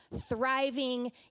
thriving